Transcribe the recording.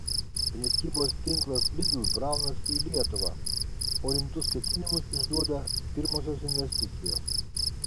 prekybos tinklas lidl braunasi į lietuvą o rimtus ketinimus išduoda pirmosios investicijos